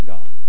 God